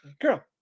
girl